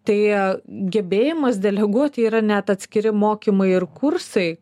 tai gebėjimas deleguoti yra net atskiri mokymai ir kursai